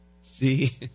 See